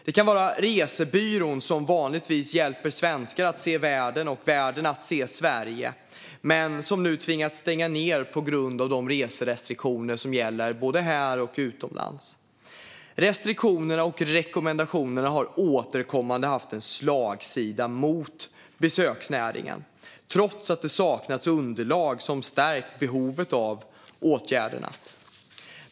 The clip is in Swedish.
Det kan vara resebyrån som vanligtvis hjälper svenskar att se världen och världen att se Sverige men som nu tvingats stänga ned på grund av de reserestriktioner som gäller både här och utomlands. Restriktionerna och rekommendationerna har återkommande haft slagsida mot besöksnäringen, trots att det saknats underlag som styrkt behovet av åtgärderna.